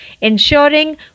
ensuring